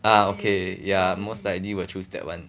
ah okay yeah most likely will choose that one